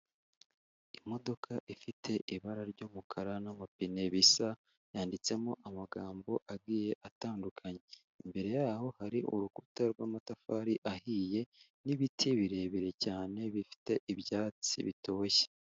Imodoka ifite ibara ry'umukara n'amapine bisa, yanditsemo amagambo agiye atandukanye. Imbere yaho hari urukuta rw'amatafari ahiye n'ibiti birebire cyane bifite ibyatsi bitoshye.